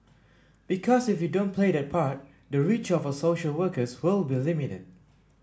because if we don't play that part the reach of our social workers will be limited